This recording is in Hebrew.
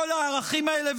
כשכל הערכים האלה,